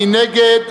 מי נגד?